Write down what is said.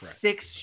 six